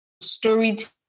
storytelling